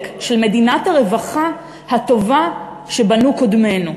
של מדינת הרווחה הטובה שבנו קודמינו.